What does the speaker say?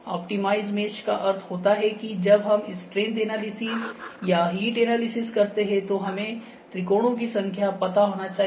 optimise mesh का अर्थ होता है कि जब हम स्ट्रेंगथ एनालिसिस या हिट एनालिसिस करते हैं तो हमें त्रिकोणों की संख्या पता होना चाहिए